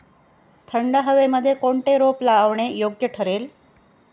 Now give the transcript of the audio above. थंड हवेमध्ये कोणते रोप लावणे योग्य ठरेल?